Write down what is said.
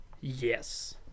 Yes